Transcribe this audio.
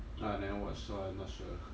ah I never watch so I not sure